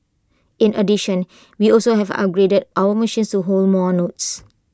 in addition we also have upgraded our machines hold more notes